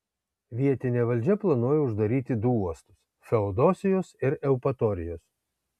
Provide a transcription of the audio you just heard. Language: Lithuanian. vietinė valdžia planuoja uždaryti du uostus feodosijos ir eupatorijos